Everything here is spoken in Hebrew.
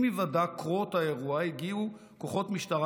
עם היוודע קרות האירוע הגיעו כוחות משטרה